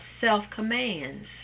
self-commands